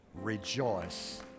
rejoice